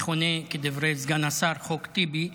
המכונה כדברי סגן השר "חוק טיבי",